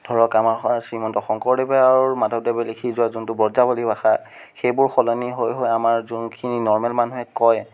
ধৰক আমাৰ শ্ৰীমন্ত শংকৰদেৱে আৰু মাধৱদেৱে লিখি যোৱা যোনটো বজ্ৰাৱলী ভাষা সেইবোৰ সলনি হৈ হৈ আমাৰ যোনখিনি নৰ্মেল মানুহে কয়